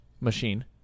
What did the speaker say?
machine